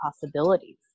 possibilities